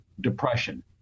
depression